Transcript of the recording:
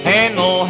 Handle